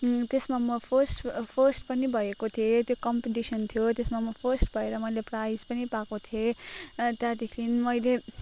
त्यसमा म first first पनि भएको थिएँ त्यो कम्पिटिसन थियो त्यसमा म फर्स्ट भएर मैले प्राइज पनि पाएको थिएँ अन्त त्यहाँदेखि मैले